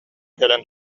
кэлэн